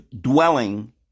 dwelling